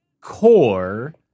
core